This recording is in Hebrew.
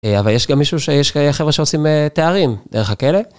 אה...אבל יש גם מישהו ש, יש אה חבר'ה שעושים אה...תארים, דרך הכלא.